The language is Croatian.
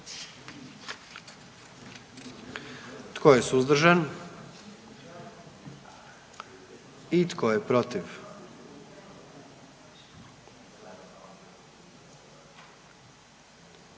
Tko je suzdržan? I tko je protiv?